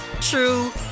true